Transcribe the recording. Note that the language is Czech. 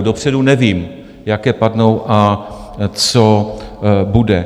Dopředu nevím, jaké padnou a co bude.